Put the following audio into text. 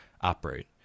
operate